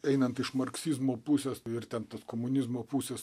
einant iš marksizmo pusės ir ten tos komunizmo pusės